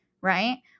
right